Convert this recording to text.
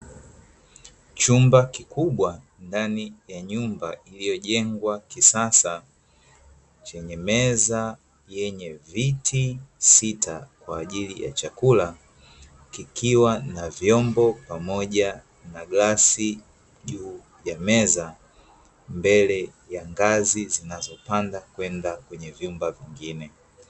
Chumba kikubwa ndani ya nyumba iliyojengwa kisasa chenye meza yenye viti sita kwa ajili ya chakula kikiwa na vyombo na glasi juu ya meza mbele ya ngazi zinazopanda kwenda kwenye vyumba vingine.